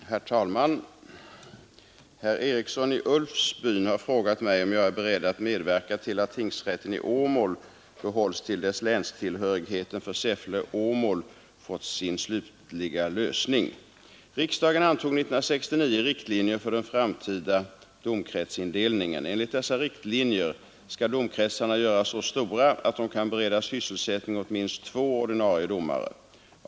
Herr talman! Herr Eriksson i Ulfsbyn har frågat mig om jag är beredd att medverka till att tingsrätten i Åmål behålls till dess länstillhörigheten för Säffle-Åmål fått sin slutliga lösning. Riksdagen antog 1969 riktlinjer för den framtida domkretsindelningen. Enligt dessa riktlinjer skall domkretsarna göras så stora att de kan bereda sysselsättning åt minst två ordinarie domare.